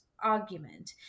argument